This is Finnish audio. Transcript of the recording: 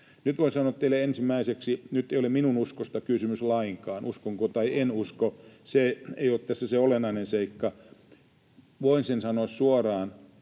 Nyt voin sanoa teille ensimmäiseksi, että nyt ei ole minun uskostani kysymys lainkaan, uskonko tai en usko, se ei ole tässä se olennainen seikka. Voin sen sanoa suoraan,